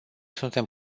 suntem